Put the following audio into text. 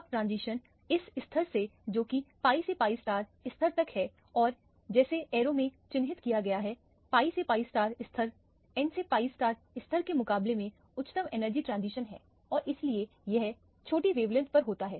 अब ट्रांजिशन इस स्तर से है जोकी pi से pi स्तर तक है और जैसे एरो से चिन्हित किया गया है pi से pi स्तर n से pi स्तर के मुकाबले में उच्चतम एनर्जी ट्रांजिशन है और इसीलिए यह छोटी वेवलेंथ पर होता है